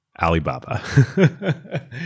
Alibaba